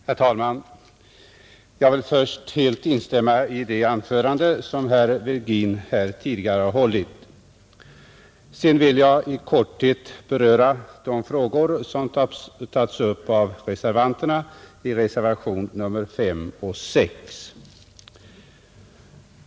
Herr talman! Jag vill först helt instämma i det anförande som herr Virgin här tidigare har hållit. Sedan vill jag i korthet beröra de frågor som tas upp av reservanterna i reservationerna 5 och 6.